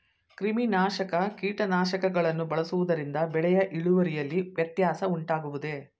ಕ್ರಿಮಿನಾಶಕ ಕೀಟನಾಶಕಗಳನ್ನು ಬಳಸುವುದರಿಂದ ಬೆಳೆಯ ಇಳುವರಿಯಲ್ಲಿ ವ್ಯತ್ಯಾಸ ಉಂಟಾಗುವುದೇ?